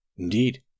Indeed